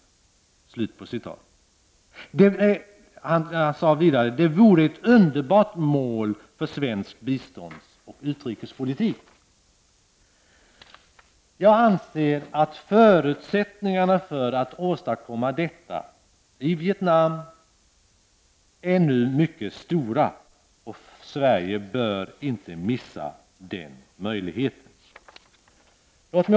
Vidare sade han: Det vore ett underbart mål för svensk biståndsoch utrikespolitik. Förutsättningarna för att åstadkomma detta i Vietnam är nu mycket stora, och Sverige bör inte missa den möjligheten.